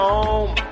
home